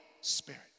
Spirit